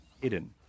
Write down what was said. hidden